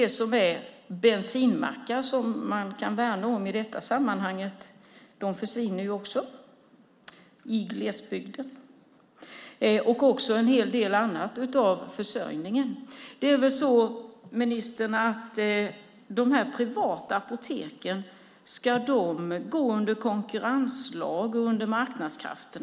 Också de bensinmackar som man i det här sammanhanget kan värna om försvinner i glesbygden, liksom en hel del annan försörjning. Hur är det, ministern, ska de privata apoteken agera under konkurrenslag och marknadskrafter?